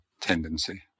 tendency